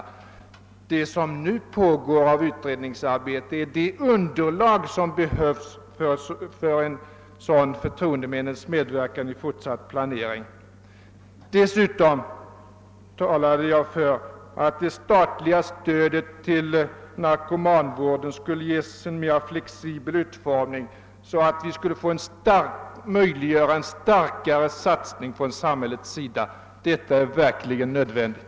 Det utredningsarbete som nu pågår bedrives för att bilda det underlag som behövs för en sådan förtroendemännens medverkan i en fortsatt planering. Dessutom talade jag för att det statliga stödet till narkomanvården skulle ges en mer flexibel utformning, som skulle möjliggöra en starkare satsning från samhällets sida. Detta är verkligen nödvändigt.